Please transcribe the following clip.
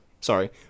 sorry